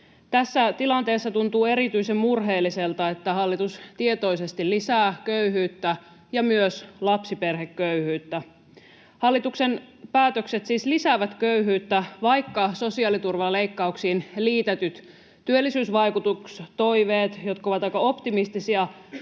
Tässä tilanteessa tuntuu erityisen murheelliselta, että hallitus tietoisesti lisää köyhyyttä ja myös lapsiperheköyhyyttä. Hallituksen päätökset siis lisäävät köyhyyttä, vaikka sosiaaliturvaleikkauksiin liitetyt työllisyysvaikutustoiveet, jotka ovat aika optimistisia,